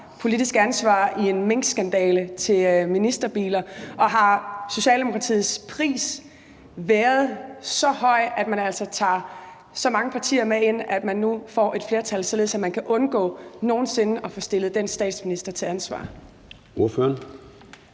politisk ansvar for en minkskandale til ministerbiler? Og har Socialdemokratiets pris været så høj, at man altså tager så mange partier med ind, at man nu får et flertal, således at man kan undgå nogen sinde at få stillet den statsminister til ansvar? Kl.